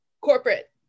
corporate